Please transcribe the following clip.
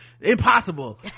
impossible